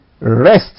rest